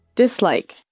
dislike